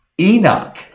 Enoch